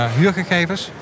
huurgegevens